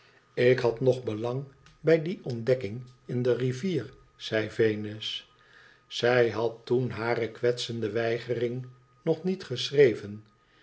ik had nog belang bij die ontdekking in de rivier zegt venus zij had toen hare kwetsende weigering nog niet geschreven